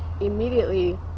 immediately